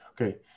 Okay